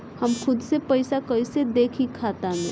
हम खुद से पइसा कईसे देखी खाता में?